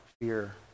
fear